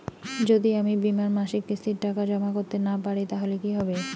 যদি আমি বীমার মাসিক কিস্তির টাকা জমা করতে না পারি তাহলে কি হবে?